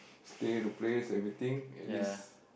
stay the place everything at least